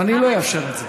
ואני לא אאפשר את זה.